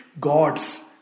Gods